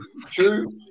true